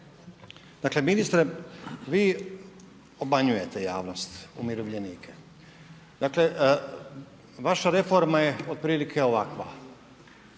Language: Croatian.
Dakle ministre, vi obmanjujete javnost, umirovljenike. Vaša reforma je otprilike ovakva: